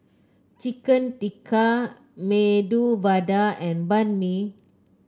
Chicken Tikka Medu Vada and Banh Mi